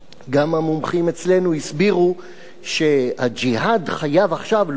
גם המומחים אצלנו הסבירו ש"הג'יהאד" חייב עכשיו להוכיח פעילות,